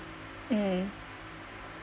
mm